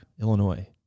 Illinois